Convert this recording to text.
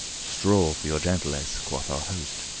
straw for your gentillesse! quoth our host.